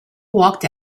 walked